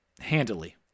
handily